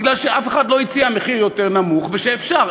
בגלל שאף אחד לא הציע מחיר יותר נמוך, ושאפשר.